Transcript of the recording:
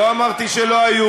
לא אמרתי שלא היו.